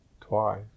twice